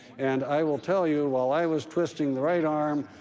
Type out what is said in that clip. and i will tell you, while i was twisting the right arm,